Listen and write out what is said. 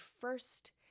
first